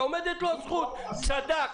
ועומדת לו הזכות צדק,